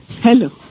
Hello